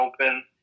open